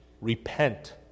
repent